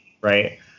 right